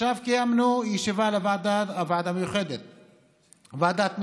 עכשיו קיימנו ישיבה בוועדת המשנה המיוחדת לקורונה,